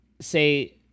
say